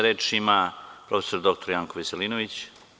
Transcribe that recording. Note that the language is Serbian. Reč ima prof. dr Janko Veselinović.